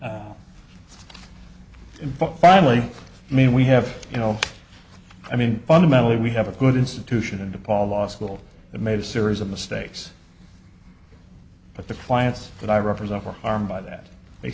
but finally i mean we have you know i mean fundamentally we have a good institution in the paul law school that made a series of mistakes but the clients that i represent are harmed by that they